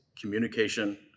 communication